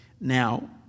Now